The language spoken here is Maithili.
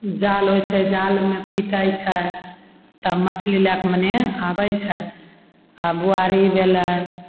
जाल होय छै जालमे पीटय छै तब मछली लएके मने आबय छै आओर बोआरी भेलय